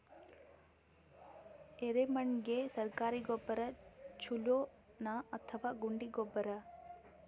ಎರೆಮಣ್ ಗೆ ಸರ್ಕಾರಿ ಗೊಬ್ಬರ ಛೂಲೊ ನಾ ಅಥವಾ ಗುಂಡಿ ಗೊಬ್ಬರ?